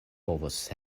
povos